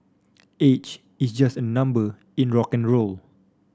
age is just a number in rock n roll